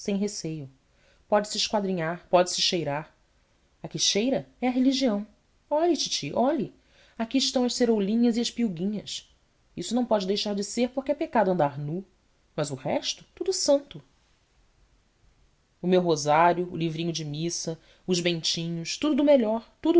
sem receio pode-se esquadrinhar pode-se cheirar a que cheira é a religião olhe titi olhe aqui estão as ceroulinhas e as peuguinhas isso não pode deixar de ser porque é pecado andar nu mas o resto tudo santo o meu rosário o livrinho de missa os bentinhos tudo do melhor